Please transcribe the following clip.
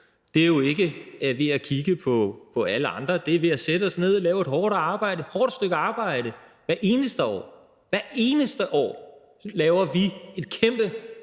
Det er jo ikke ved at kigge på alle andre. Det er ved at sætte os ned og lave et hårdt stykke arbejde hvert eneste år. Hvert eneste år laver vi et kæmpe arbejde